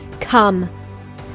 Come